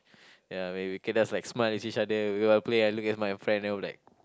ya maybe K just like smile at each other we while play I look at my friend then I'm like